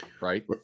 right